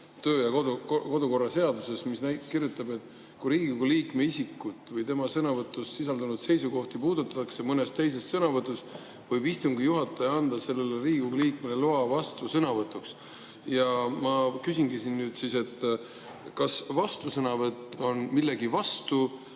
kodu‑ ja töökorra seadusest, mis ütleb, et kui Riigikogu liikme isikut või tema sõnavõtus sisaldunud seisukohti puudutatakse mõnes teises sõnavõtus, võib istungi juhataja anda sellele Riigikogu liikmele loa vastusõnavõtuks. Ma küsingi nüüd, kas vastusõnavõtt on millegi vastu